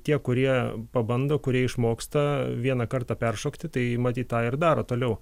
tie kurie pabando kurie išmoksta vieną kartą peršokti tai matyt tą ir daro toliau